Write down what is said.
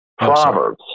Proverbs